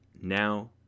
now